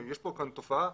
כאן תופעה.